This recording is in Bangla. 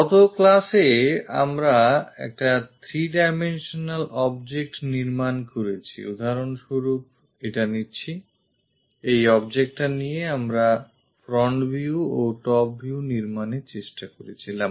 গত class এ আমরা একটি থ্রি ডাইমেনশনাল অবজেক্ট নির্মাণ করেছি উদাহরণস্বরূপ এটা নিচ্ছি এই objectটা নিয়ে আমরা front view ও top view নির্মাণের চেষ্টা করেছিলাম